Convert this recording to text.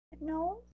No